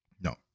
No